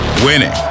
Winning